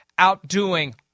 outdoing